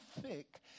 thick